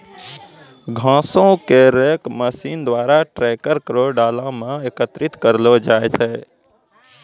घासो क rake machine द्वारा ट्रैकर केरो डाला म एकत्रित करलो जाय छै